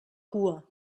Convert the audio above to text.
cua